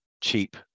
cheap